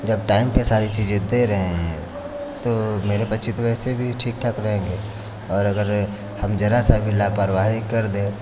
जब टाइम पे सारी चीज़ें दे रहे हैं तो मेरे पक्षी तो वैसे भी ठीक ठाक रहेंगे और अगर हम जरा सा भी लापरवाही कर दें